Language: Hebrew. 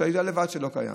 ואתה יודע לבד שזה לא קיים.